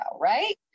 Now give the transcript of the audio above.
right